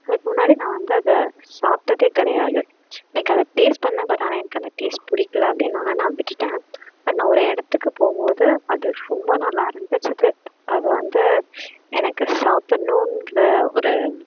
அதுக்கு முன்னாடி நான் வந்து அதை சாப்பிட்டதே கிடையாது லைக் அதை டேஸ்ட் பண்ணேன் பட் ஆனால் எனக்கு அந்த டேஸ்ட் பிடிக்கல அப்படின்னோன நான் விட்டுட்டேன் பட் நான் ஒரு இடத்துக்கு போகும் போது அது ரொம்ப நல்லா இருந்துச்சி அது வந்து எனக்கு சாப்பிட்ணுங்கிற ஒரு